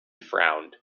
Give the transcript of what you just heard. frowned